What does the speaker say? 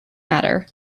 matter